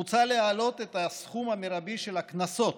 מוצע להעלות את הסכום המרבי של הקנסות